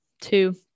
two